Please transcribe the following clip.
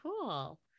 cool